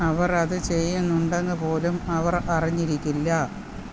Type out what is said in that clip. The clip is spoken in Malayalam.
അവർ അത് ചെയ്യുന്നുണ്ടെന്ന് പോലും അവർ അറിഞ്ഞിരിക്കില്ല